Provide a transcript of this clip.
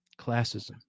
classism